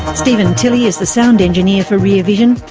steven tilley is the sound engineer for rear vision.